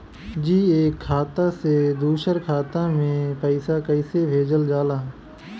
जी एक खाता से दूसर खाता में पैसा कइसे भेजल जाला?